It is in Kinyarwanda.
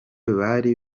bari